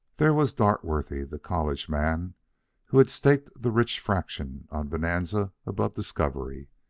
there was dartworthy, the college man who had staked the rich fraction on bonanza above discovery.